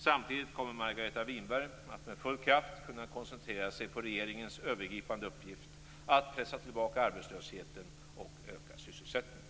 Samtidigt kommer Margareta Winberg att med full kraft kunna koncentrera sig på regeringens övergripande uppgift att pressa tillbaka arbetslösheten och öka sysselsättningen.